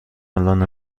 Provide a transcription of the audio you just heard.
الان